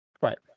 right